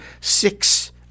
six